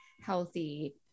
healthy